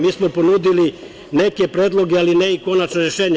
Mi smo ponudili neke predloge, ali ne i konačna rešenja.